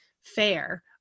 fair